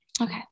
okay